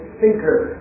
thinker